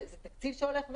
זה תקציב שהולך ויורד.